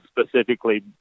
specifically